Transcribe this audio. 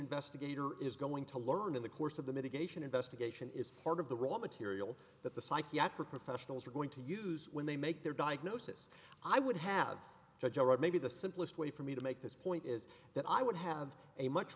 investigator is going to learn in the course of the mitigation investigation is part of the raw material that the psychiatric professionals are going to use when they make their diagnosis i would have to tell right maybe the simplest way for me to make this point is that i would have a much